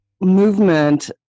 movement